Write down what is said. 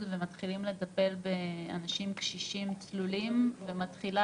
ומתחילים לטפל באנשים קשישים צלולים ומתחילה